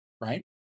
right